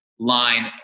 line